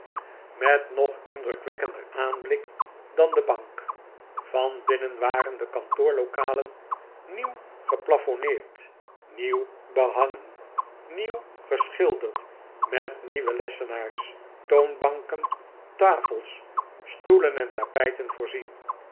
met een nog indrukwekkender aanblik dan de bank van binnen waren de kantoprlokalen nieuw geplafonneerd nieuw behangen nieuw geschilderd met nieuwe lessenaars toonbanken tafels stoelen en tapijten voorzien